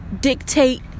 dictate